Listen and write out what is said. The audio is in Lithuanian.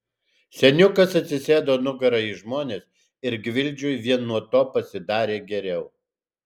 seniukas atsisėdo nugara į žmones ir gvildžiui vien nuo to pasidarė geriau